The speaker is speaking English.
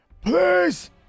please